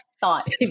thought